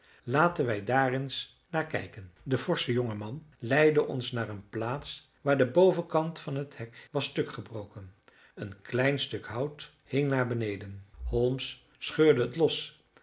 laten wij daar eens naar kijken de forsche jonge man leidde ons naar een plaats waar de bovenkant van het hek was stuk gebroken een klein stuk hout hing naar beneden holmes scheurde het los